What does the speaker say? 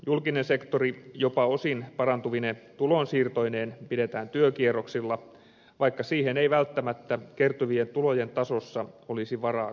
julkinen sektori jopa osin parantuvine tulonsiirtoineen pidetään työkierroksilla vaikka siihen ei välttämättä kertyvien tulojen tasossa olisi varaakaan